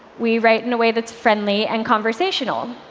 we write in a way that's friendly and conversational.